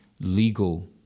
legal